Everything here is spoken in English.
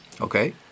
Okay